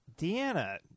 Deanna